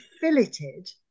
filleted